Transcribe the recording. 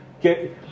get